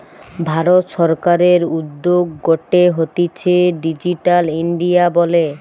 ভারত সরকারের উদ্যোগ গটে হতিছে ডিজিটাল ইন্ডিয়া বলে